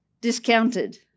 discounted